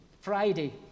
Friday